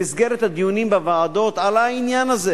במסגרת הדיונים בוועדות עלה העניין הזה